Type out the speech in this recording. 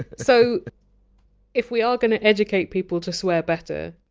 so if we are going to educate people to swear better,